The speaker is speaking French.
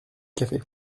café